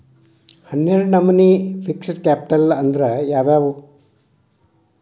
ಹನ್ನೆರ್ಡ್ ನಮ್ನಿ fixed capital ಅಂದ್ರ ಯಾವವ್ಯಾವು?